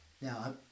Now